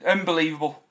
Unbelievable